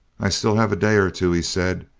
i still have a day or two, he said.